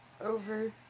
over